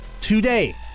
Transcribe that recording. today